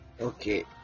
okay